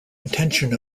intention